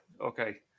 okay